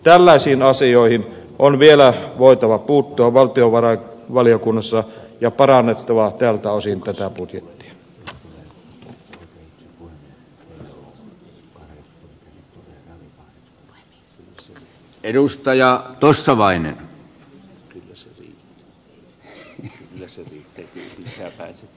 tällaisiin asioihin on vielä voitava puuttua valtiovarainvaliokunnassa ja parannettava tältä osin tätä budjettia